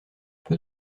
peu